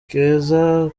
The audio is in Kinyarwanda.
keza